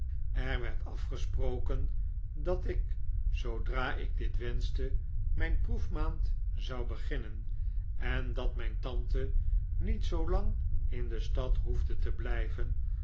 er werd afgesproken dat ik zoodra ik dit wenschte mijn proefmaand zou beginnen en dat mijn tante niet zoo lang in de stad hoefde te blijven